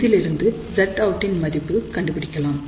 இதிலிருந்து Zout இன் மதிப்பை கண்டுபிடிக்கலாம்